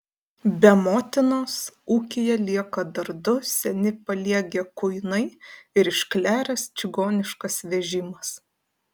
be motinos ūkyje lieka dar du seni paliegę kuinai ir iškleręs čigoniškas vežimas